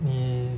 你